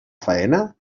faena